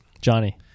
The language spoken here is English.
Johnny